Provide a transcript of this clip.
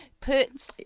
put